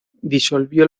disolvió